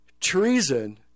treason